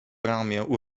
ramię